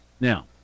Now